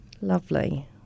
Lovely